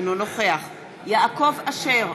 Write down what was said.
אינו נוכח יעקב אשר,